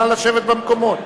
נא לשבת במקומות.